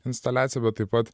instaliaciją bet taip pat